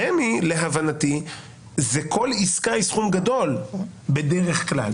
להבנתי ברמ"י כל עסקה היא סכום גדול בדרך כלל,